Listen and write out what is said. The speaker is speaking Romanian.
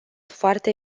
foarte